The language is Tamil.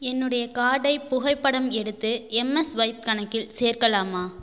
என்னுடைய கார்டை புகைப்படம் எடுத்து எம்ஸ்வைப் கணக்கில் சேர்க்கலாமா